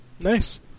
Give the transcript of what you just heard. Nice